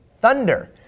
Thunder